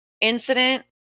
incident